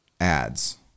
ads